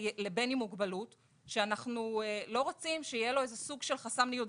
לבן עם מוגבלות שאנחנו לא רוצים שיהיה לו איזה סוג של חסם ניוד.